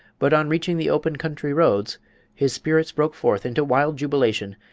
but on reaching the open country roads his spirits broke forth into wild jubilation,